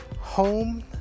home